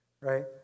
Right